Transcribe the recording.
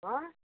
हैं